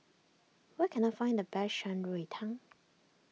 where can I find the best Shan Rui Tang